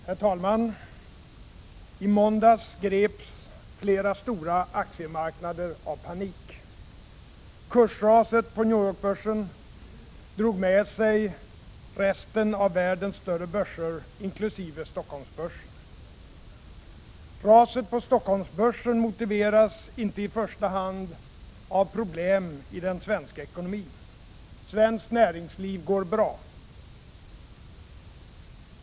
Herr talman! I måndags greps flera stora aktiemarknader av panik. Kursraset på New York-börsen drog med sig resten av världens större börser, inkl. Stockholmsbörsen. Raset på Stockholmsbörsen motiveras inte i första hand av problem i den svenska ekonomin. Svenskt näringsliv går bra.